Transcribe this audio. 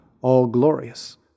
all-glorious